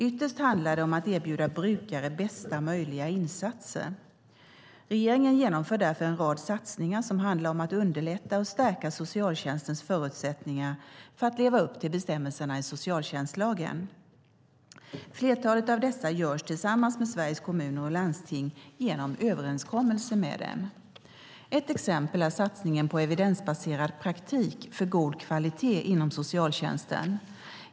Ytterst handlar det om att erbjuda brukare bästa möjliga insatser. Regeringen genomför därför en rad satsningar som handlar om att underlätta och stärka socialtjänstens förutsättningar för att leva upp till bestämmelserna i socialtjänstlagen. Flertalet av dessa görs tillsammans med Sveriges Kommuner och Landsting genom överenskommelser med dem. Ett exempel är satsningen på en evidensbaserad praktik för god kvalitet inom socialtjänsten.